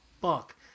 fuck